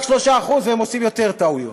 רק 3% והם עושים יותר טעויות.